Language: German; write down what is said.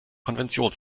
konvention